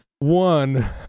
one